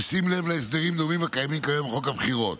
בשים לב להסדרים דומים הקיימים כיום בחוק הבחירות